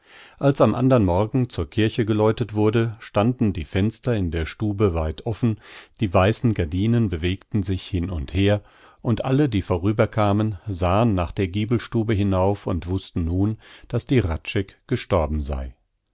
als am andern morgen zur kirche geläutet wurde standen die fenster in der stube weit offen die weißen gardinen bewegten sich hin und her und alle die vorüberkamen sahen nach der giebelstube hinauf und wußten nun daß die hradscheck gestorben sei